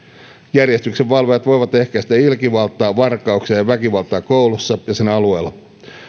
järjestyksenvalvojat voivat ehkäistä ilkivaltaa varkauksia ja väkivaltaa koulussa ja sen alueella